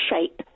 shape